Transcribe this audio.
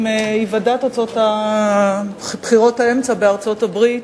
היוודע תוצאות בחירות האמצע בארצות-הברית.